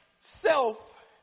self